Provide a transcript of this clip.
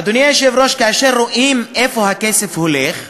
אדוני היושב-ראש, אחרי שרואים לאן הכסף הולך,